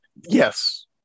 Yes